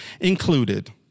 included